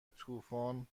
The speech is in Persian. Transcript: طوفان